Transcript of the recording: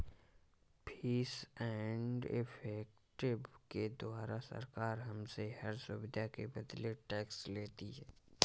fees and effective के द्वारा सरकार हमसे हर सुविधा के बदले टैक्स लेती है